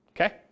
okay